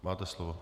Máte slovo.